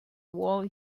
world